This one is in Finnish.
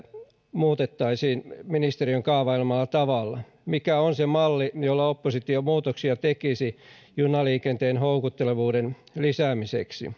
muutettaisiin ministeriön kaavailemalla tavalla mikä on se malli jolla oppositio muutoksia tekisi junaliikenteen houkuttelevuuden lisäämiseksi